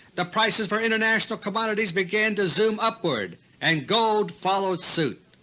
the prices for international commodities began to zoom upward and gold followed suit.